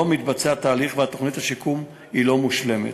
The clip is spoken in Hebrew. התהליך לא מתבצע ותוכנית השיקום לא מושלמת.